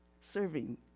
serving